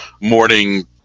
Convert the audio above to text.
morning